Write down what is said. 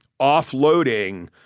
offloading